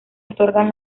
otorgan